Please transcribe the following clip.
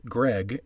Greg